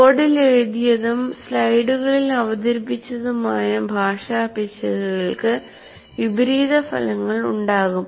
ബോർഡിൽ എഴുതിയതും സ്ലൈഡുകളിൽ അവതരിപ്പിച്ചതുമായ ഭാഷാ പിശകുകൾക്ക് വിപരീത ഫലങ്ങൾ ഉണ്ടാകും